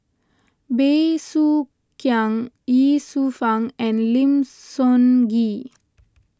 Bey Soo Khiang Ye Shufang and Lim Sun Gee